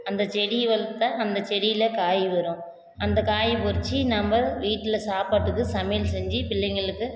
அந்த செடியை வளர்த்தா அந்த செடியில் காய் வரும் அந்த காயை உறிச்சு நம்ப வீட்டில் சாப்பாட்டுக்கு சமையல் செஞ்சு பிள்ளைங்களுக்கு